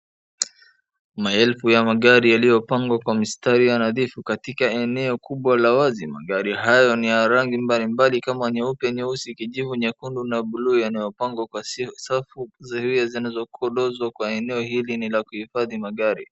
Maelfu ya magari yaliyopangwa kwa mstari nadhifu katika eneo kubwa la wazi. Magari hayo ni rangi mbalimbali kama; nyeupe, nyeusi, kijivu, nyekundu na buluu yanayopangwa kwa safu, zirie zinazokodozwa kwa enelo hili ni la kuhifadhi magari.